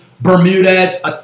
Bermudez